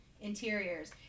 interiors